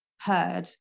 heard